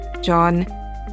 John